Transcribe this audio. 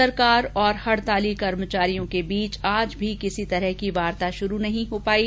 सरकार और हड़ताली कर्मचारियों के बीच आज भी किसी प्रकार की वार्ता शुरू नहीं हो पायी